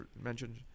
mentioned